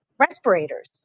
Respirators